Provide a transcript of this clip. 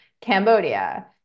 Cambodia